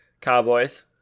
Cowboys